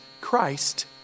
Christ